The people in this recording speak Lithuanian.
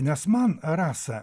nes man rasa